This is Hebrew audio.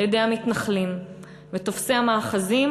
על-ידי המתנחלים ותופסי המאחזים,